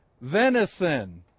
venison